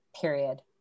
period